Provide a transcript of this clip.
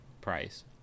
price